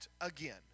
again